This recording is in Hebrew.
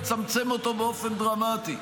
לצמצם אותו באופן דרמטי,